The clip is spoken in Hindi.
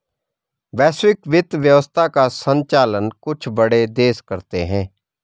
वैश्विक वित्त व्यवस्था का सञ्चालन कुछ बड़े देश करते हैं